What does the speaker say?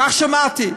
ככה שמעתי.